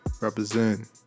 Represent